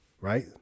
Right